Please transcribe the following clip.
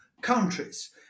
countries